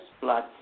blood